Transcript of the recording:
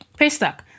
paystack